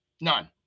None